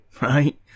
right